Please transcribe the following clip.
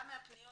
גם מהפניות